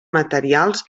materials